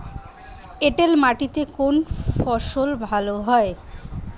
এঁটেল মাটিতে কোন ফসল ভালো হয়?